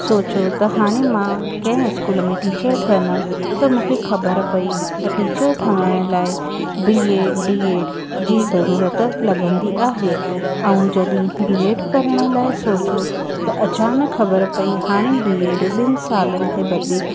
सोचो त हाणे मां कंहिं स्कूल में टीचर ठहंदमि त मूंखे ख़बर पई त टीचर ठहण लाइ बी एड डी एड जी ज़रूरत लॻंदी आहे ऐं जॾहिं बी एड करण लाइ सोचो त अचानक ख़बर पई हाणे बी एड ॿिनि सालनि खे बदिले